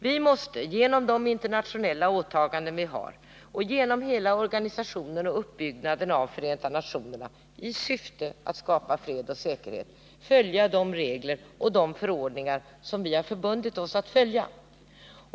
Vi måste genom de internationella åtaganden vi har och genom hela organisationen och uppbyggnaden av Förenta nationerna i syfte att skapa fred och säkerhet följa de regler och de förordningar som vi förbundit oss att följa.